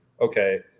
okay